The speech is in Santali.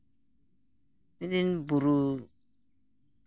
ᱤᱧᱤᱧ ᱵᱩᱨᱩ